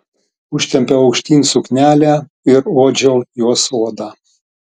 užtempiau aukštyn suknelę ir uodžiau jos odą